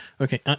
okay